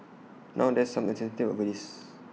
now there's some uncertainty over this